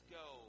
go